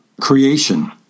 creation